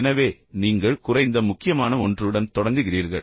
எனவே நீங்கள் குறைந்த முக்கியமான ஒன்றுடன் தொடங்குகிறீர்கள்